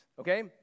Okay